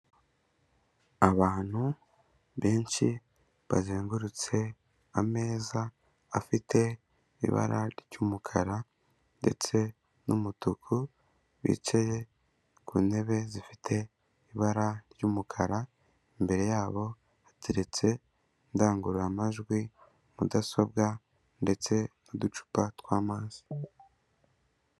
Abantu benshi bazengurutse ameza afite ibara ry'umukara ndetse n'umutuku, bicaye ku ntebe zifite ibara ry'umukara, imbere yabo hateretse indangururamajwi, mudasobwa ndetse n'uducupa tw'amazi.